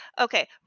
okay